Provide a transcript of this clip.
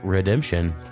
redemption